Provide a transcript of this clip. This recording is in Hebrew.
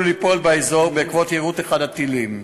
ליפול באזור בעקבות יירוט אחד הטילים.